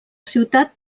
ciutat